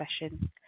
session